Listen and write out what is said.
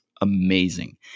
amazing